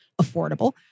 affordable